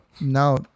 No